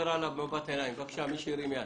מי שהרים יד.